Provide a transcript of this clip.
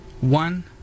One